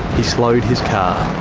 he slowed his car.